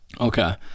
Okay